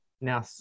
now